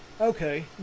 Okay